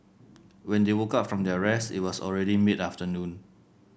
when they woke up from their rest it was already mid afternoon